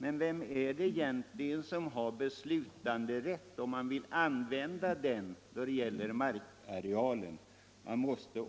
Men vem är det egentligen som har beslutanderätten över markarealen? Man måste